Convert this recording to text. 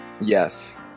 Yes